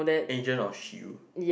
agent of shield